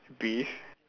beef